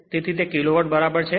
તેથી તે kilowatt બરાબર છે